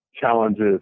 challenges